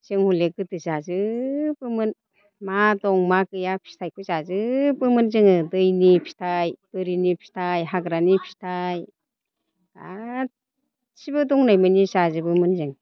जों हले गोदो जाजोबोमोन मा दं मा गैया फिथाइखौ जाजोबोमोन जोङो दैनि फिथाइ बोरिनि फिथाइ हाग्रानि फिथाइ गासैबो दंनायमायनि जाजोबोमोन जों